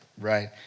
right